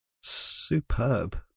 Superb